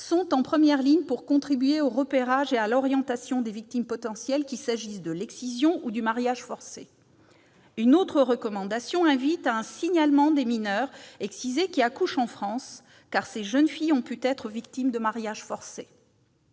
-sont en première ligne pour contribuer au repérage et à l'orientation des victimes potentielles, qu'il s'agisse de l'excision ou du mariage forcé. Une autre recommandation invite à un signalement des mineures excisées qui accouchent en France, car ces jeunes filles ont pu être victimes de mariage forcé.